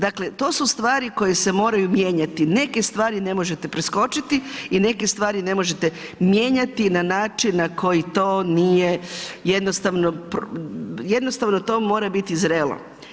Dakle, to su stvari koje se moraju mijenjati, neke stvari ne možete preskočiti i neke stvari ne možete mijenjati na način na koji to nije jednostavno, jednostavno to mora biti zrelo.